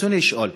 ברצוני לשאול: